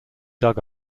dug